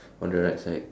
on the right side